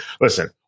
Listen